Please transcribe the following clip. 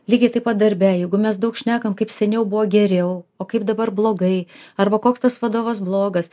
lygiai taip pat darbe jeigu mes daug šnekam kaip seniau buvo geriau o kaip dabar blogai arba koks tas vadovas blogas